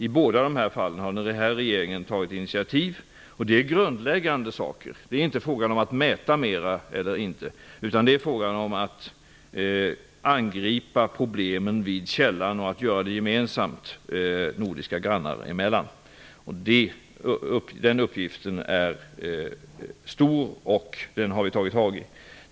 I båda de här fallen har regeringen tagit initiativ. Det är grundläggande saker. Det är inte fråga om att mäta mera eller inte. Det handlar om att angripa problemen vid källan och att göra det gemensamt nordiska grannar emellan. Den uppgiften är stor, och den har vi tagit itu med.